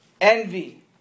envy